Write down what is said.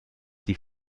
die